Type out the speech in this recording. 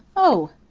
oh!